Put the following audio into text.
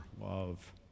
love